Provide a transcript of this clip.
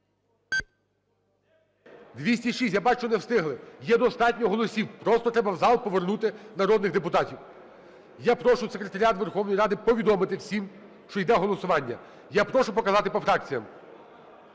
За-206 Я бачу, не встигли. Є достатньо голосів. Просто треба в зал повернути народних депутатів. Я прошу секретаріат Верховної Ради повідомити всім, що йде голосування. Я прошу показати по фракціях.